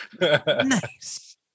Nice